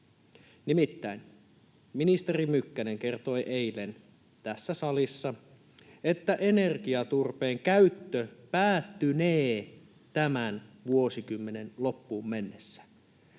Nimittäin ministeri Mykkänen kertoi eilen tässä salissa, että energiaturpeen käyttö ”päättynee” tämän vuosikymmenen loppuun mennessä.